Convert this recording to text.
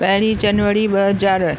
पहिरीं जनवरी ॿ हज़ार